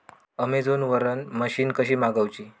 Amazon वरन machine कशी मागवची?